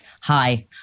Hi